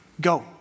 Go